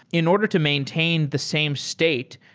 in order to maintain the same state,